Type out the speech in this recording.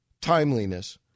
timeliness